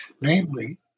Namely